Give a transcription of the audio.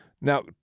Now